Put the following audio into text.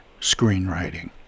screenwriting